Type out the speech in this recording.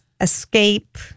Escape